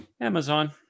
amazon